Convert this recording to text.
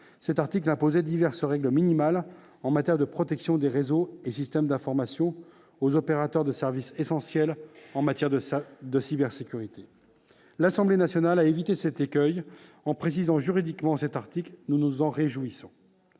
6, qui imposait diverses règles minimales en matière de protection des réseaux et systèmes d'information aux opérateurs de services essentiels en matière de cybersécurité. L'Assemblée nationale a évité cet écueil, en précisant juridiquement cet article, ce dont nous nous réjouissons.